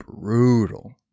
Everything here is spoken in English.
brutal